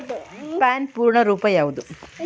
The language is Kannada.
ಪ್ಯಾನ್ ಪೂರ್ಣ ರೂಪ ಯಾವುದು?